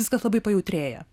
viskas labai pajautrėja